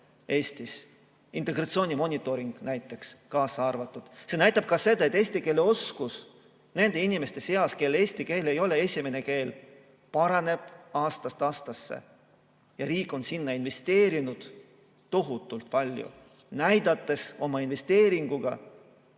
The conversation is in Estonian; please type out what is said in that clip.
tehakse, integratsiooni monitooring kaasa arvatud. See näitab ka seda, et eesti keele oskus nende inimeste seas, kellel eesti keel ei ole esimene keel, paraneb aastast aastasse. Riik on sinna investeerinud tohutult palju, näidates oma investeeringuga